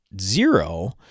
zero